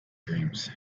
dreams